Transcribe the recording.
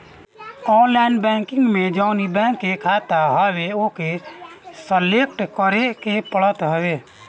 online banking में जवनी bank के खाता हवे ओके सलेक्ट करे के पड़त हवे